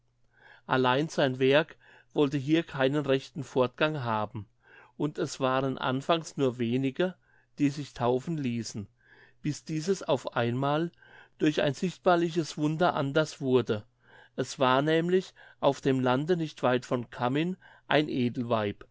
allein sein werk wollte hier keinen rechten fortgang haben und es waren anfangs nur wenige die sich taufen ließen bis dieses auf einmal durch ein sichtbarliches wunder anders wurde es war nämlich auf dem lande nicht weit von cammin ein edelweib